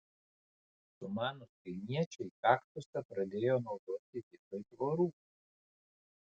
sumanūs kaimiečiai kaktusą pradėjo naudoti vietoj tvorų